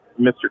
Mr